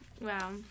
Wow